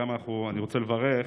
אני גם רוצה לברך,